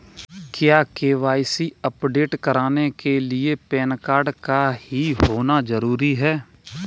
क्या KYC update कराने के लिए पैन कार्ड का ही होना जरूरी है?